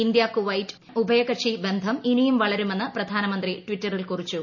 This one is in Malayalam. ഇന്ത്യ കുവൈറ്റ് ഉഭയകക്ഷി ബന്ധം ഇനിയും വളരുമെന്ന് പ്രധാനമന്ത്രി ടിറ്ററിൽ കുറിച്ചു